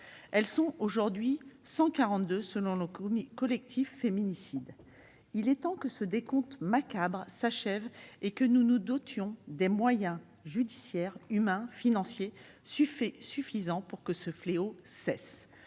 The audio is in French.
Elles sont aujourd'hui 142 selon le collectif Féminicides. Il est temps que ce décompte macabre s'achève et que nous nous dotions des moyens judiciaires, humains et financiers suffisants pour que ce fléau cesse.